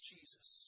Jesus